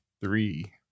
three